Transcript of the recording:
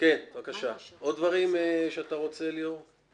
עוד דברים שאתה רוצה, ליאור?